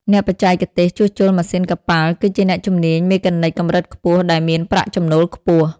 អ្នកបច្ចេកទេសជួសជុលម៉ាស៊ីនកប៉ាល់ គឺជាជំនាញមេកានិចកម្រិតខ្ពស់ដែលមានប្រាក់ចំណូលខ្ពស់។